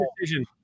decision